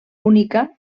única